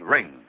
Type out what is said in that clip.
Ring